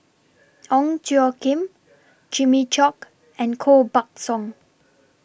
Ong Tjoe Kim Jimmy Chok and Koh Buck Song